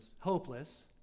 hopeless